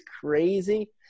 crazy